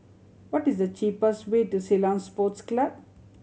what is the cheapest way to Ceylon Sports Club